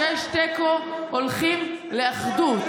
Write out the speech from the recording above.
כשיש תיקו הולכים לאחדות.